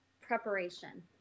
preparation